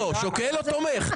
שוקל או תומך?